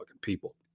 people